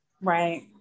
right